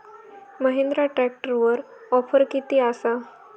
महिंद्रा ट्रॅकटरवर ऑफर किती आसा?